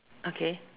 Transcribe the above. okay